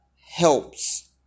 helps